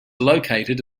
located